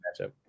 matchup